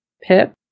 Pip